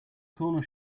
corner